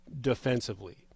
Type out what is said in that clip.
defensively